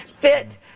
Fit